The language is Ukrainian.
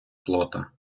плота